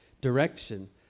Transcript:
direction